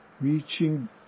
Reaching